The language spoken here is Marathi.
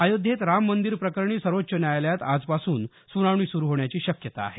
अयोध्येत राम मंदीर प्रकरणी सर्वोच्च न्यायालयात आजपासून सुनावणी सुरू होण्याची शक्यता आहे